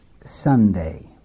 Sunday